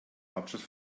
hauptstadt